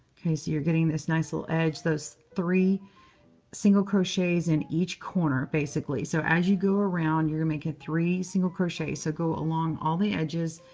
ok. so you're getting this nice little edge. those three single crochets in each corner, basically. so as you go round, you're going to make it three single crochets. so go along all the edges.